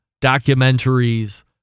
documentaries